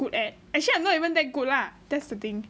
good at actually I'm not even that good lah that's the thing